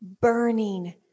burning